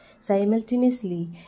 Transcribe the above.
Simultaneously